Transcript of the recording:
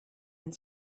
and